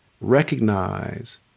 recognize